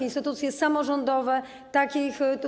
Instytucje samorządowe takich.